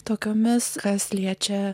tokiomis kas liečia